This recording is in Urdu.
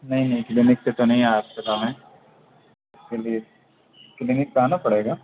نہیں نہیں کلینک پہ تو نہیں آ سکا میں چلیے کلینک پہ آنا پڑے گا